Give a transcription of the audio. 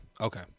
Okay